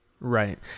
Right